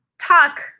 talk